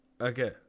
okay